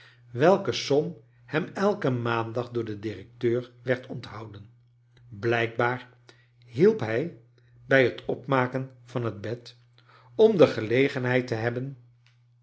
welke som hem elken maandag door den directeur werd onthouden blijkbaar hielp hij bij het opmaken van het bed om de gelegenheid te hebben